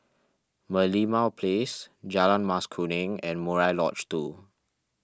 Merlimau Place Jalan Mas Kuning and Murai Lodge two